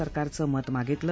सरकारचं मत मागितलं